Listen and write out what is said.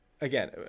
again